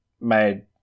made